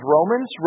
Romans